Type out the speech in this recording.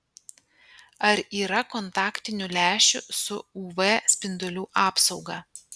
ar yra kontaktinių lęšių su uv spindulių apsauga